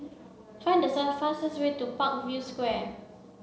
find the fastest way to Parkview Square